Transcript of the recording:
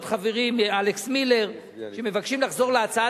אלכס מילר ועוד חברים מבקשים לחזור להצעת